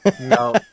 No